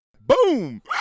boom